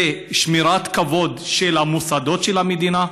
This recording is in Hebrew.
שמירת כבוד של המוסדות של המדינה,